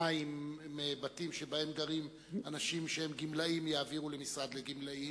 המים מבתים שבהם גרים אנשים שהם גמלאים יעבירו למשרד לגמלאים.